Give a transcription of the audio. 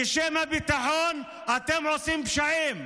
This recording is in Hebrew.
בשם הביטחון אתם עושים פשעים.